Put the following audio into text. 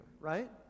right